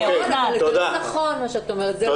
אני בדקתי את זה.